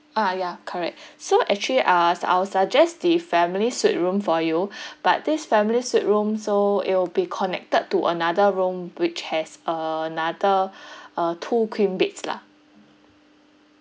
ah ya correct so actually uh s~ I will suggest the family suite room for you but this family suite room so it will be connected to another room which has another uh two queen beds lah